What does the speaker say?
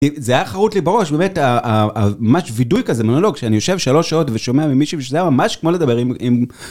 זה היה חרוט לי בראש, באמת, הממש וידוי כזה, מונולוג, שאני יושב שלוש שעות ושומע ממישהו שזה היה ממש כמו לדבר עם...